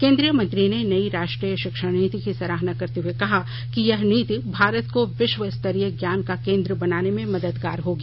केंद्रीय मंत्री ने नई राष्ट्रीय शिक्षा नीति की सराहना करते हुए कहा कि यह नीति भारत को विश्व स्तरीय ज्ञान का केंद्र बनाने में मददगार होगी